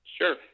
Sure